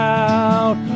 out